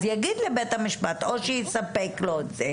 אז יגיד לבית המשפט או שיספק לו,